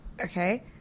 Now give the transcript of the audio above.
Okay